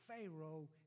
Pharaoh